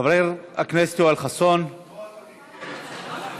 חבר הכנסת יואל חסון, בבקשה,